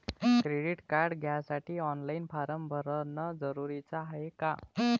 Credit card घ्यासाठी online form भरन जरुरीच हाय का?